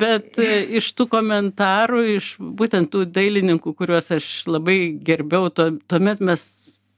bet iš tų komentarų iš būtent tų dailininkų kuriuos aš labai gerbiau tuo tuomet mes